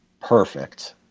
perfect